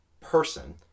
person